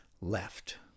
left